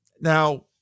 Now